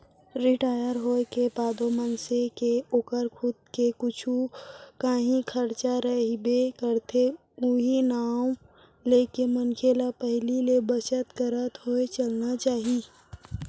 retire होए के बादो मनसे के ओकर खुद के कुछु कांही खरचा रहिबे करथे उहीं नांव लेके मनखे ल पहिली ले बचत करत होय चलना चाही